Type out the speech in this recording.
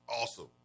awesome